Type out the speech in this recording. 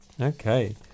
okay